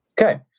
okay